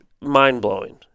mind-blowing